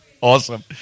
Awesome